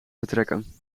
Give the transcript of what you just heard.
vertrekken